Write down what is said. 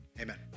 amen